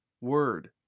word